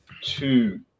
Two